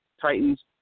Titans